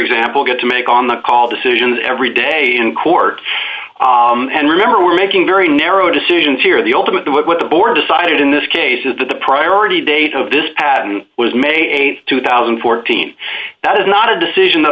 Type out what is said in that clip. example going to make on the call decisions every day in court and remember we're making very narrow decisions here the ultimate the what the board decided in this case is that the priority date of this patent was may th two thousand and fourteen that is not a decision that